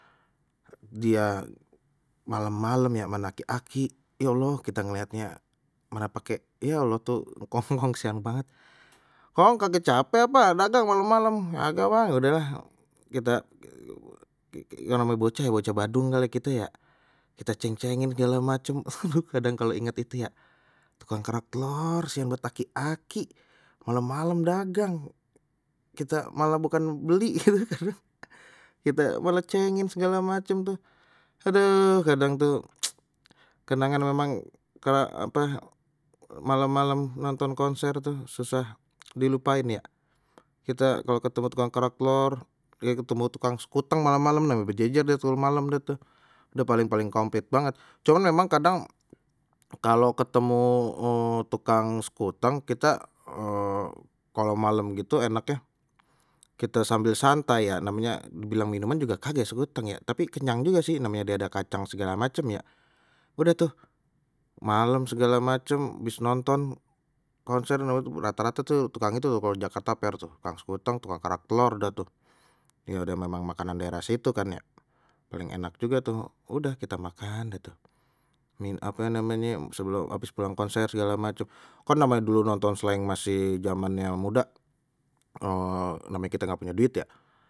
Dia malam-malam ya mana aki-aki, ya allah kita ngelihatnya mana pake ya allah tuh engkong-engkong kesian banget, kong kagak capek apa dagang malem-malem, kagak bang, udahlah kita yang namanya bocah ya bocah badung kali kita ya kita ceng-cengin segala macem aduh kadang kalau inget itu ya, tukang kerak telor kesian banget aki-aki kalau malam dagang, kita malam bukan beli kita malah cengin segala macem tuh aduh kadanng tuh kenangan memang kalau apa malam-malam nonton konser tuh susah dilupain ya, kita kalau ketemu tukang tukang kerak telor, ketemu tukang sekuteng malam-malam bejejer deh tu kalau malam deh tu, dah paling-paling komplit banget, cuman memang kadang kalau ketemu tukang sekuteng kita kalau malem gitu enaknye kita sambil santai ya namanya dibilang minuman juga kagak sekuteng ya tapi kenyang juga sih namanya dia ada kacang segala macem ya, udah tuh malam segala macem bis nonton konser rata-rata tuh tukangnye tuh kalau di jakarta fair tukang sekuteng, tukang kerak telor dah tu ya dia memang makanan daerah situ kan ya paling enak juga tuh udah kita makan dah tu, ni ape namenye sebelum abis pulang konser segala macem, khan dulu nonton slank masih jamannya muda namanya kita nggak punya duit ya.